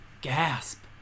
Gasp